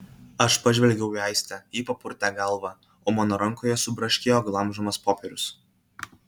aš pažvelgiau į aistę ji papurtė galvą o mano rankoje subraškėjo glamžomas popierius